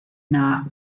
not